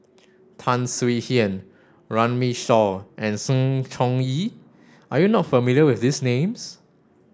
Tan Swie Hian Runme Shaw and Sng Choon Yee are you not familiar with these names